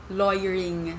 lawyering